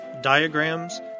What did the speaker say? diagrams